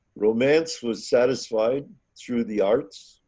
romance was satisfied through the arts,